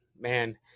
man